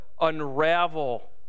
unravel